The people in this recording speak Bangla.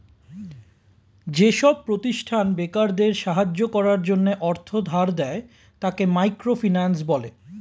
যেসব প্রতিষ্ঠান বেকারদের সাহায্য করার জন্য অর্থ ধার দেয়, তাকে মাইক্রো ফিন্যান্স বলে